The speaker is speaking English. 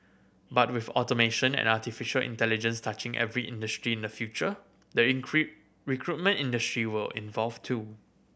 but with automation and artificial intelligence touching every industry in the future the recruitment industry will evolve too